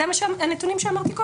אלה הנתונים שאמרתי קודם.